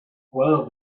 well